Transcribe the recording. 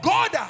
God